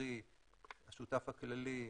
קרי השותף הכללי,